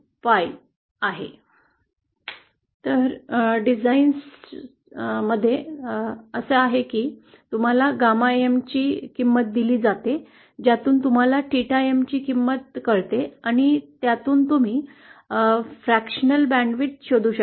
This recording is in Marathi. आता सहसा या डिझाइन्स चा मार्ग असा आहे की तुम्हाला गॅमा m ची किंमत दिली जाते ज्यातून तुम्हाला थेटा एम ची किंमत कळते आणि त्यातून तुम्ही अंशतः बँडची रुंदी शोधू शकता